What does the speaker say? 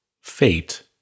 Fate